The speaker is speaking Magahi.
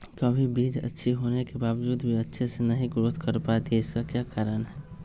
कभी बीज अच्छी होने के बावजूद भी अच्छे से नहीं ग्रोथ कर पाती इसका क्या कारण है?